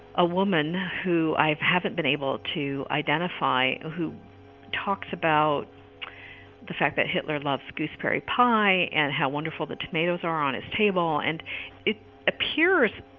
a woman who i haven't been able to identify, who talks about the fact that hitler loves gooseberry pie and how wonderful the tomatoes are on his table. and it appears,